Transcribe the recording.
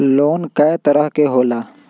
Loan कय तरह के होला?